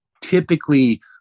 typically